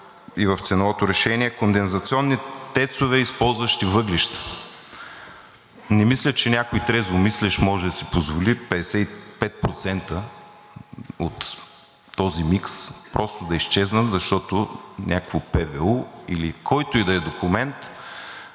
и в ценовото решение – „кондензационни ТЕЦ-ове, използващи въглища“. Не мисля, че някой трезвомислещ може да си позволи 55% от този микс просто да изчезнат, защото някакво ПВУ или който и да е документ